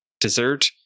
dessert